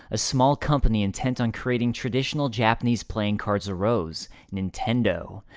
a small company intent on creating traditional japanese playing cards arose, nintendo.